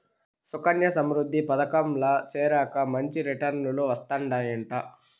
సుకన్యా సమృద్ధి పదకంల చేరాక మంచి రిటర్నులు వస్తందయంట